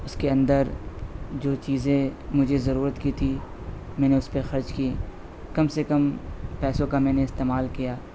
اس کے اندر جو چیزیں مجھے ضرورت کی تھی میں نے اس پہ خرچ کیں کم سے کم پیسوں کا میں نے استعمال کیا